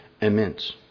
immense